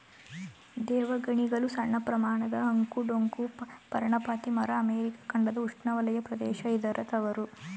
ದೇವಗಣಿಗಲು ಸಣ್ಣಪ್ರಮಾಣದ ಅಂಕು ಡೊಂಕು ಪರ್ಣಪಾತಿ ಮರ ಅಮೆರಿಕ ಖಂಡದ ಉಷ್ಣವಲಯ ಪ್ರದೇಶ ಇದರ ತವರು